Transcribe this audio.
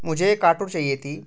मुझे एक ऑटो चाहिए थी